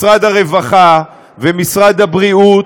משרד הרווחה ומשרד הבריאות,